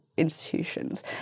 institutions